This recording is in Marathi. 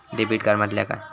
डेबिट कार्ड म्हटल्या काय?